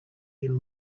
you